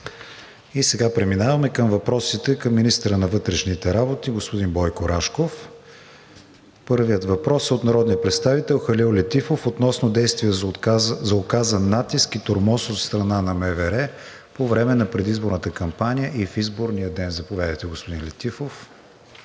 И сега преминаваме към въпросите към министъра на вътрешните работи господин Бойко Рашков. Първият въпрос е от народния представител Халил Летифов относно действия за оказан натиск и тормоз от страна на МВР по време на предизборната кампания и в изборния ден. Заповядайте, господин Летифов.